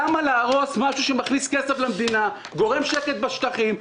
למה להרוס משהו שמכניס כסף למדינה וגורם לשקט בשטחים?